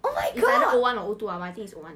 it's either O one or O two lah but I think it's O one